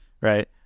Right